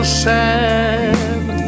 sad